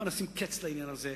הבה נשים קץ לעניין הזה,